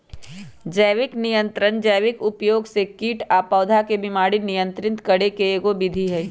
जैविक नियंत्रण जैविक उपयोग से कीट आ पौधा के बीमारी नियंत्रित करे के एगो विधि हई